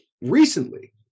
Recently